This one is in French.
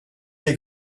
les